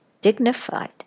dignified